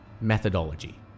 Methodology